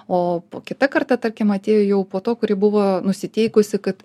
o po kitą kartą tarkim atėjo jau po to kuri buvo nusiteikusi kad